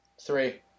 Three